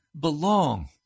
belong